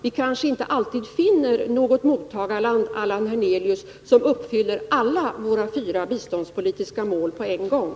Vi kanske inte finner något mottagarland, Allan Hernelius, som uppfyller alla våra fyra biståndspolitiska mål på en gång.